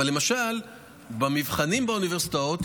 אבל למשל במבחנים באוניברסיטאות,